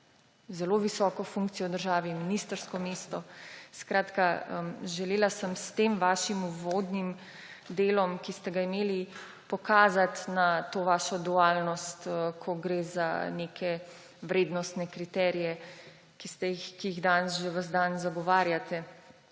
zelo visoko funkcijo v državi, ministrsko mesto. Skratka, želela sem s tem vašim uvodnim delom, ki ste ga imeli, pokazati na vašo dualnost, ko gre za neke vrednostne kriterije, ki jih danes že ves dan zagovarjate.